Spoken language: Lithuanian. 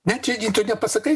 ne čia gi tu nepasakai